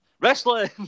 wrestling